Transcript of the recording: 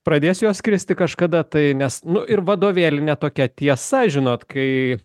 pradės jos kristi kažkada tai nes nu ir vadovėlinė tokia tiesa žinot kai